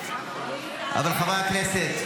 אני מתעלמת.